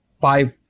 Five